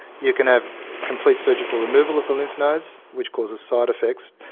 you can have complete surgical removal of the lymph nodes, which causes side-effects,